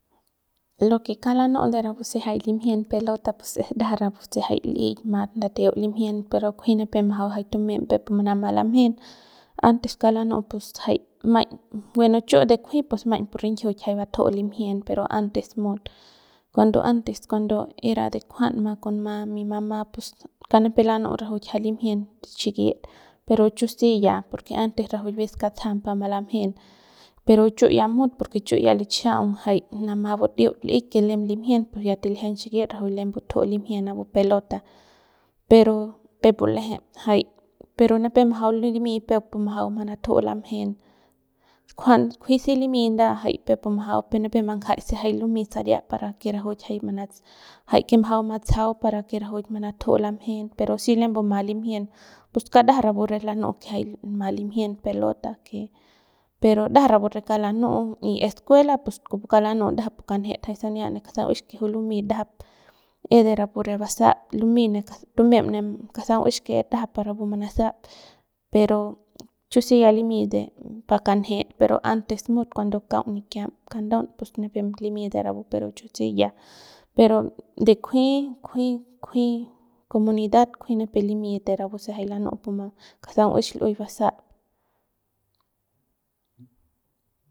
Lo que kauk lanu'u de rapu se jay limjien pelota pus es ndajap rapu se jay li'ik mat ndateu limjien pero kunji nipep jay majau jay tumem peukpu manamat lamjen antes kauk lanu'u jay maiñ bueno chu de kunji maiñ pu rinjiuk jay batju'u limjien pero antes mut cuando antes cuando era de kunjanma kon ma mi mamá pus kauk nipep lanu'u rajuik ja limjien xikit pero chu si ya porque antes rajuik bien skatsajam pa malamjen pero chu ya mut porque chu ya lichajaun jay namat badiut li'ik que lem limjien pus ya tiljiañ xikit pu rajuik lem butuju'u limjien napu pelota pero jay peuk pu l'eje jay per nipep majau limy peuk pu majau manatju lamjen kujuan kujuy si limy nda jay peuk pu majau pero nipep mbanjay se limi saria para que rajuik mants jay que majau matsajau para que rajuik manatju lamjen pero si lembu mat limjien pus kauk ndajap rapu re lanu'u que mat limjien pelota que pero ndajap rapu re kauk lanu'u y escuela pus kupu kauk ndajap pu kanjet jay sania ne kasau nguex que juy lumey ndajap es de rapu re basap lumey tumem ne kasau nguex que es ndajap pa rapu manasap pero chu si ya limy de pa kanjet pero antes mut cuando kaung nikiam kandaun pus nipem limy de rapu pero chu si ya pero de kujuey kujuey comunidad kujuey nipep limy de rapu se jay la nu'u puma kasau nguex lu'uey basap.